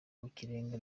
w’ikirenga